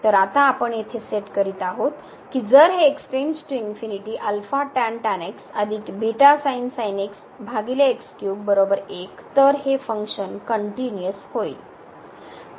तर आता आपण येथे सेट करीत आहोत की जर हे हे फंक्शन कनट्युनिअस होईल